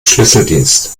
schlüsseldienst